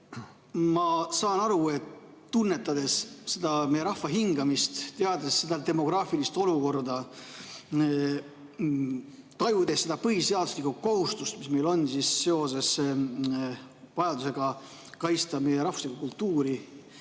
Ma saan aru, et tunnetades meie rahva hingamist, teades seda demograafilist olukorda, tajudes seda põhiseaduslikku kohustust, mis meil on seoses vajadusega kaitsta meie rahvuslikku kultuuri